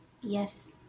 Yes